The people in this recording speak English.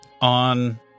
on